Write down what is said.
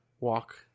walk